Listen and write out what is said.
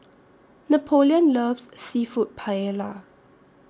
Napoleon loves Seafood Paella